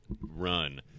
run